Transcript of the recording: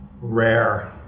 Rare